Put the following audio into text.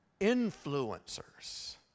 influencers